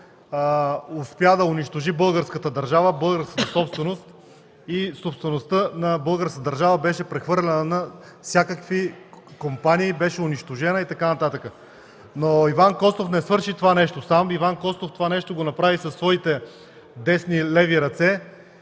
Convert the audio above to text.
успя да унищожи българската държава, българската собственост и собствеността на българската държава беше прехвърлена на всякакви компании, беше унищожена и така нататък. Но Иван Костов не свърши това нещо сам, а го направи със своите десни и леви ръце,